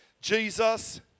Jesus